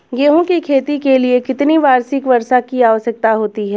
गेहूँ की खेती के लिए कितनी वार्षिक वर्षा की आवश्यकता होती है?